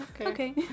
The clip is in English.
Okay